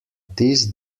this